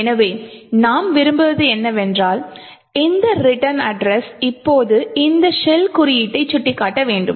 எனவே நாம் விரும்புவது என்னவென்றால் இந்த ரிட்டர்ன் அட்ரஸ் இப்போது இந்த ஷெல் குறியீட்டை சுட்டிக்காட்ட வேண்டும்